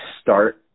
start